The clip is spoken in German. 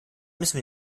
müssen